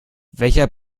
welcher